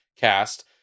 cast